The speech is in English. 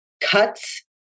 cuts